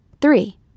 Three